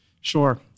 Sure